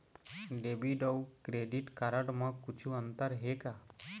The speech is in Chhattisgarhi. डेबिट अऊ क्रेडिट कारड म कुछू अंतर हे का?